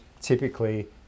typically